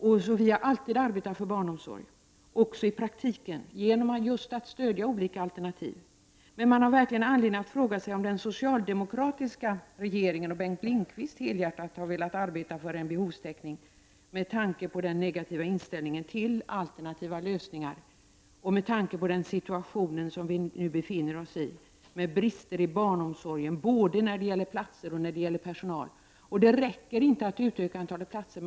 Centern har alltid arbetat för en väl utbyggd barnomsorg — också i praktiken just genom att stödja olika alternativ. Men vi har verkligen haft anledning att fråga oss om den socialdemokratiska regeringen och Bengt Lindqvist helhjärtat har velat arbeta för full behovstäckning. Detta har vi undrat med tanke socialdemokraternas negativa inställning till alternativa lösningar och med tanke på den situation som vi nu befinner oss i och som kännetecknas av brister i barnomsorgen beträffande både platser och personal. Det räcker ju inte med att utöka antalet platser.